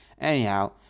Anyhow